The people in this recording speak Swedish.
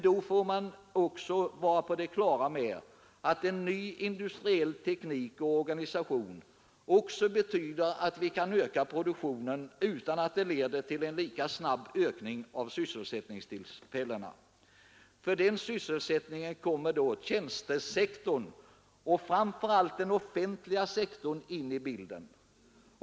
Då får man emellertid också vara på det klara med att en ny industriell teknik och organisation betyder att vi kan öka produktionen utan att det leder till en lika snabb ökning av sysselsättningstillfällena. För den sysselsättningen kommer då tjänstesektorn och framför allt den offentliga sektorn in i bilden.